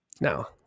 Now